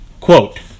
Quote